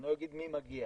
אני לא אגיד מי מגיע,